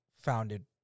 founded